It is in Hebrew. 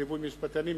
בליווי משפטנים,